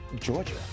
Georgia